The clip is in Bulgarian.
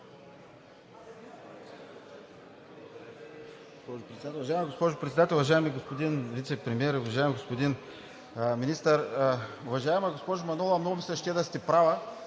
Уважаема госпожо Председател, уважаеми господин Вицепремиер, уважаеми господин Министър! Уважаема госпожо Манолова, много ми се ще да сте права,